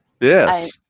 Yes